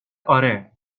آره